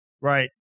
Right